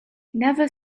never